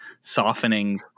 softening